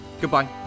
Goodbye